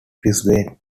brisbane